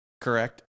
correct